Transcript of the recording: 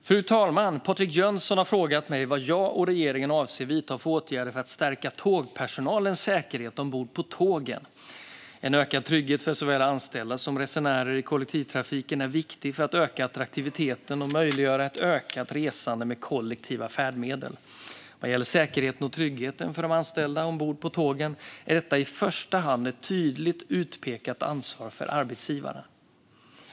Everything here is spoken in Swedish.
Fru talman! Patrik Jönsson har frågat mig vad jag och regeringen avser att vidta för åtgärder för att stärka tågpersonalens säkerhet ombord på tågen. En ökad trygghet för såväl anställda som resenärer i kollektivtrafiken är viktig för att öka attraktiviteten och möjliggöra ett ökat resande med kollektiva färdmedel. Vad gäller säkerheten och tryggheten för de anställda ombord på tågen är detta i första hand ett tydligt utpekat ansvar för arbetsgivaren.